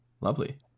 lovely